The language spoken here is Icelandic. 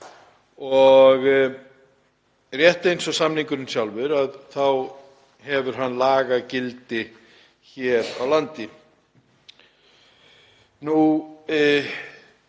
Rétt eins og samningurinn sjálfur hefur hann lagagildi hér á landi.